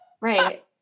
Right